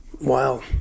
Wow